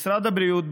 משרד הבריאות,